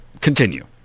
continue